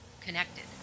connected